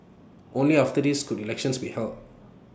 only after this could elections be held